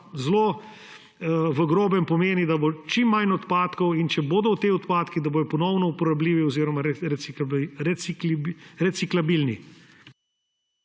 zelo v grobem pomeni, da bo čim manj odpadkov; in če bodo ti odpadki, da bodo ponovno uporabljivi oziroma reciklabilni.